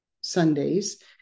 Sundays